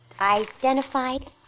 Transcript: identified